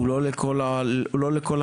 הוא לא לכל החיים.